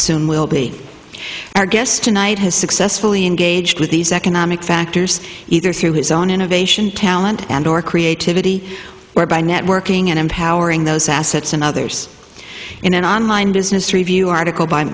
soon will be our guest tonight has successfully engaged with these economic factors either through his own innovation talent and or creativity where networking and empowering those assets and others in an online business review article by